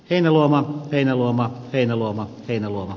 heinäluoman heinäluoma heinäluoma kehua